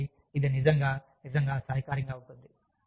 కాబట్టి ఇది నిజంగా నిజంగా సహాయకారిగా ఉంటుంది